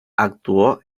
actuó